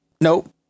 nope